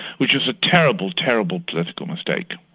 which was a terrible, terrible political mistake,